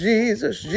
Jesus